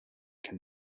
can